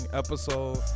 episode